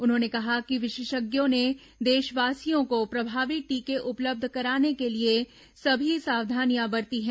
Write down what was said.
उन्होंने कहा कि विषेषज्ञों ने देषवासियों को प्रभावी टीके उपलब्ध कराने के लिए सभी सावधानियां बरती हैं